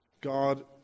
God